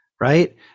right